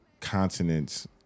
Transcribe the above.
continents